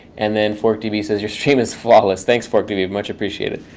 and then forktv says, your stream is flawless. thanks, forktv. much appreciated.